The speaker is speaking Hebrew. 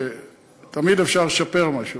שתמיד אפשר לשפר משהו.